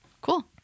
Cool